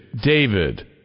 David